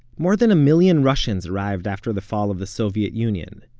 more than a million russians arrived after the fall of the soviet union.